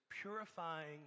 purifying